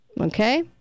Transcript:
Okay